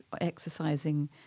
exercising